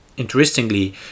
Interestingly